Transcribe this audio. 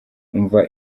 umva